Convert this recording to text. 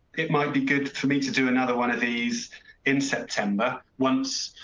it might be good for me to do another one of these in september once.